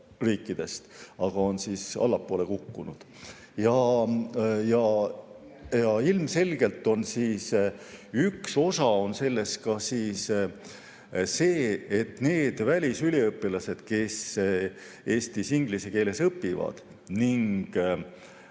riikidest, on allapoole kukkunud. Ja ilmselgelt on üks osa selles ka see, et need välisüliõpilased, kes Eestis inglise keeles õpivad ning